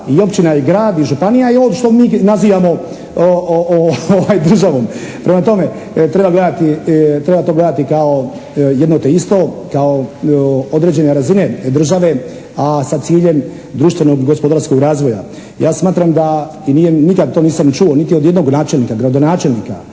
i općina i grad i županija i ovo što mi nazivamo državom. Prema tome treba gledati, treba to gledati kao jedno te isto, kao određene razine države, a sa ciljem društveno-gospodarskog razvoja. Ja smatram da i nije, nikad to nisam čuo niti od jednog načelnika, gradonačelnika